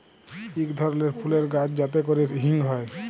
ইক ধরলের ফুলের গাহাচ যাতে ক্যরে হিং হ্যয়